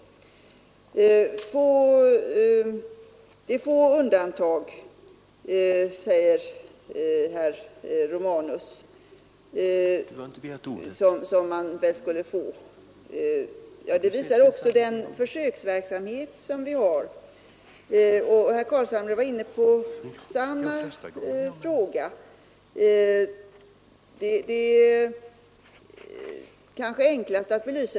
Det skulle bli få undantag, säger herr Romanus. Det visar också den försöksverksamhet som vi bedriver. Herr Carlshamre var inne på samma fråga.